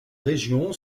région